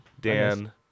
Dan